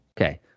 Okay